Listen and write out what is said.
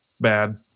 bad